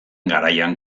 garaian